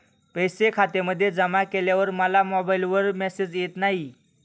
पैसे खात्यामध्ये जमा केल्यावर मला मोबाइलवर मेसेज येत नाही?